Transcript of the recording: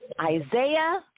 Isaiah